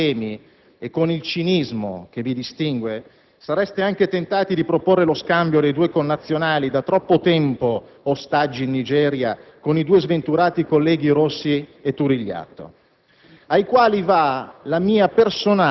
pur di scamparla senza eccessivi patemi. Con il cinismo che vi distingue, sareste anche tentati di proporre lo scambio dei due connazionali da troppo tempo ostaggi in Nigeria con i due sventurati colleghi Rossi e Turigliatto,